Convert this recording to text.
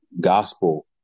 gospel